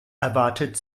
erwartet